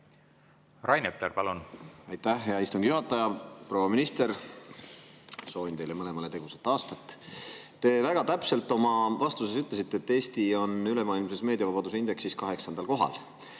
langenud. Aitäh, hea istungi juhataja! Proua minister! Soovin teile mõlemale tegusat aastat. Te väga täpselt oma vastuses ütlesite, et Eesti on ülemaailmses meediavabaduse indeksi [edetabelis] kaheksandal kohal,